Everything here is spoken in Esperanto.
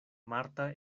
marta